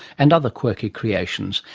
and other quirky creations.